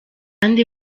kandi